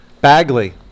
Bagley